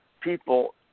people